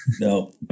No